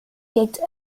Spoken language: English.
kicked